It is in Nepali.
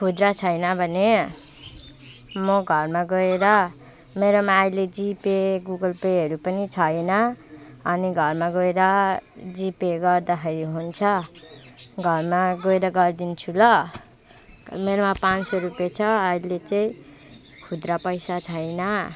खुद्रा छैन भने म घरमा गएर मेरोमा अहिले जी पे गुगल पेहरू पनि छैन अनि घरमा गएर जी पे गर्दाखेरि हुन्छ घरमा गएर गरिदिन्छु ल मेरोमा पाँच सौ रुपियाँ छ अहिले चाहिँ खुद्रा पैसा छैन